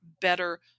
better